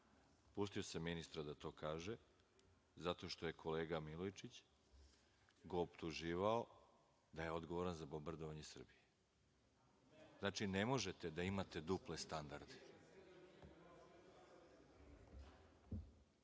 sam ministra da to kaže, zato što ga je kolega Milojičić optuživao da je odgovoran za bombardovanje Srbije. Znači, ne možete da imate duple standarde. Ministar